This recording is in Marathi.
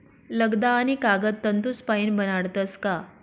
लगदा आणि कागद तंतूसपाईन बनाडतस का